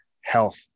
health